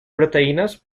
proteínas